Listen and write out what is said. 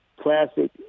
classic